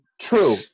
true